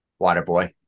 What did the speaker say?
Waterboy